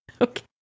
Okay